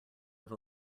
have